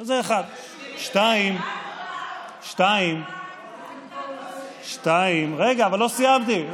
זה, 1. 2, ארבע, ארבע, 2. רגע, אבל לא סיימתי.